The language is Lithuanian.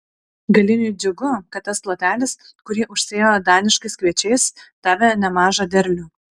galiniui džiugu kad tas plotelis kurį užsėjo daniškais kviečiais davė nemažą derlių